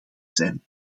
zijn